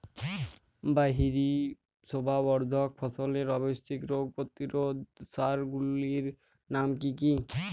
বাহারী শোভাবর্ধক ফসলের আবশ্যিক রোগ প্রতিরোধক সার গুলির নাম কি কি?